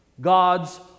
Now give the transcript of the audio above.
God's